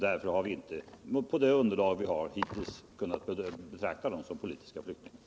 Därför har vi inte, på det underlag vi hittills haft, kunnat betrakta de människorna som politiska flyktingar.